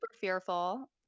fearful